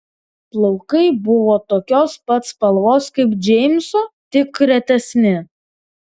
plaukai buvo tokios pat spalvos kaip džeimso tik retesni